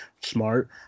smart